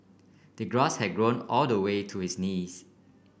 the grass had grown all the way to his knees